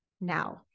now